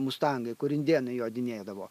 mustangai kur indėnai jodinėdavo